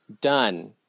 Done